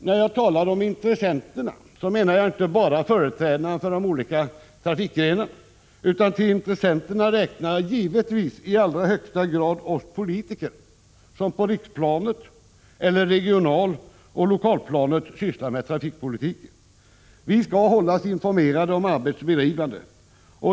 När jag talar om intressenterna, menar jag inte bara företrädarna för de olika trafikgrenarna, utan till intressenterna räknar jag givetvis i allra högsta grad oss politiker, som på riksplanet eller regionaloch lokalplanet sysslar med trafikpolitiken. Vi skall hållas informerade om arbetets bedrivande.